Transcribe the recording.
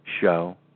show